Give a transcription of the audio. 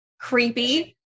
Creepy